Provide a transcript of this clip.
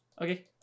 Okay